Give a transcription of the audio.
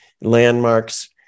landmarks